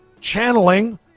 channeling